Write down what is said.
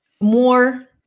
more